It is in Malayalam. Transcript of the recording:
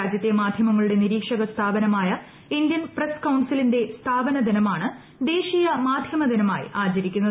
രാജൃത്തെ മാധൃമങ്ങളുടെ നിരീക്ഷക സ്ഥാപനമായ ഇന്ത്യൻ ്പ്രസ് കൌൺസിലിന്റെ സ്ഥാപന ദിനമാണ് ദേശീയ മാധ്യമ ദിനമായി ആചരിക്കുന്നത്